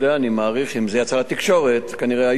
אני מעריך שאם זה יצא לתקשורת כנראה היו,